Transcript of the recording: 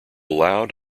loud